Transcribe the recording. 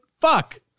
fuck